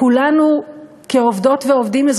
תחת הממשלה הזאת,